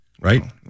right